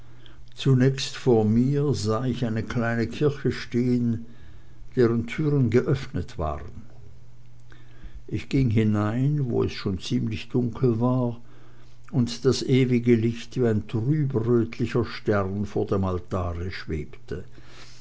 zunächst vor mir sah ich eine kleine kirche stehen deren türen geöffnet waren ich ging hinein wo es schon ziemlich dunkel war und das ewige licht wie ein trübrötlicher stern vor dem altare schwebte